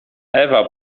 ewa